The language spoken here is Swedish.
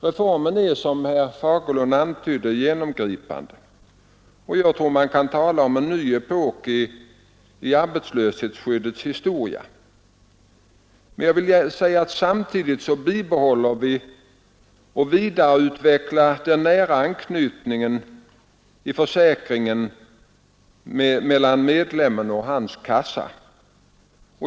Reformen är, som herr Fagerlund antydde, genomgripande, och jag tror att man kan tala om en ny epok i arbetslöshetsskyddets historia. Men jag vill betona att vi samtidigt bibehåller och vidareutvecklar den nära anknytningen i försäkringen mellan medlemmen och hans kassa.